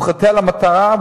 הוא חוטא למטרה,